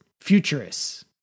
futurists